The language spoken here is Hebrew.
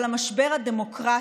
אבל המשבר הדמוקרטי,